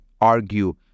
argue